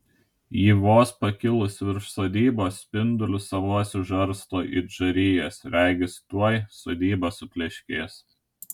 ji vos pakilus virš sodybos spindulius savuosius žarsto it žarijas regis tuoj sodyba supleškės